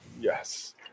Yes